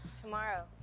Tomorrow